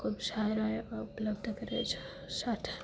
ખૂબ સારા એવા ઉપલબ્ધ કરે છે સાથે